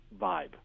vibe